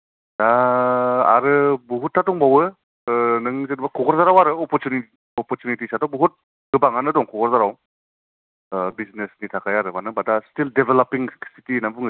दा आरो बहुतता दंबावो ओ नों जेनेबा क'क्राझाराव आरो अपुरसुनिटिसा बहुत गोबांआनो दं क'क्राझाराव दा बिजनेसनि थाखाय आरो मानो होनबा दा स्तिल डेभेलपिं सिति होनना बुङो जों बेखौ